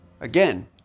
Again